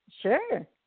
Sure